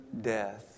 death